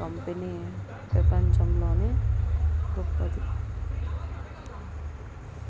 company పెపంచంలోనే గొప్పది